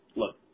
look